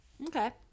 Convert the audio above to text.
Okay